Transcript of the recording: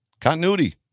Continuity